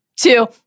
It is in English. two